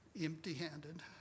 empty-handed